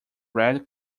red